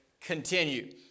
continue